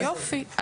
יופי.